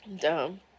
dumb